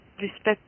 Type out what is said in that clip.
respect